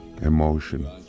emotion